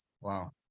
Wow